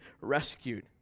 rescued